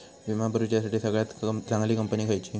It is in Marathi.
विमा भरुच्यासाठी सगळयात चागंली कंपनी खयची?